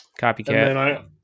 Copycat